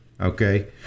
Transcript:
okay